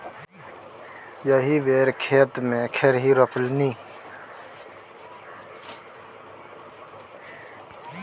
एहि बेर खेते मे खेरही रोपलनि